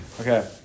Okay